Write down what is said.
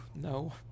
no